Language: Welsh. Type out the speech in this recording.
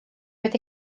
wedi